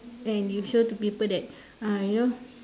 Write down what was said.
and you show to people that uh you know